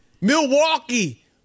Milwaukee